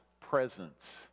presence